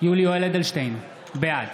יולי יואל אדלשטיין, בעד